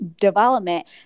development